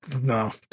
no